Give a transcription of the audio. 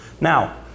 Now